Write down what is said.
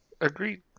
Agreed